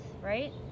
right